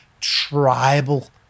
tribal